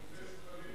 חבר הכנסת חנין,